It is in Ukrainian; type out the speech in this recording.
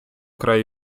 край